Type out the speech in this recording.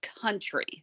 country